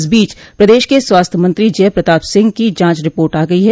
इस बीच प्रदेश के स्वास्थ्य मंत्री जय प्रताप सिंह की जांच रिपोर्ट आ गई है